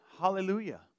Hallelujah